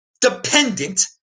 dependent